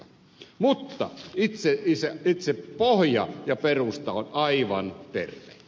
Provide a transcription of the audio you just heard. mutta itse pohja ja perusta on aivan terve